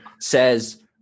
says